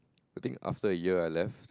I think after a year I left